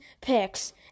picks